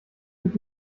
mit